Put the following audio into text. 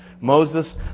Moses